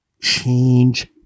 change